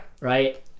right